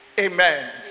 Amen